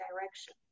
direction